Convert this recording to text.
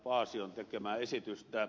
paasion tekemää esitystä